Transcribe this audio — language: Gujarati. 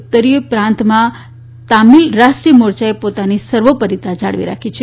ઉત્તરીય પ્રાંતમાં તમિલ રાષ્ટ્રીય મોરચાએ પોતાની સર્વોપરિતા જાળવી રાખી છે